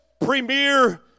premier